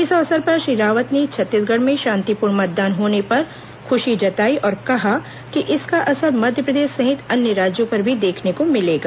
इस अवसर पर श्री रावत ने छत्तीसगढ़ में शांतिपूर्ण मतदान होने पर खुशी जताई और कहा कि इसका असर मध्यप्रदेश सहित अन्य राज्यों पर भी देखने को मिलेगा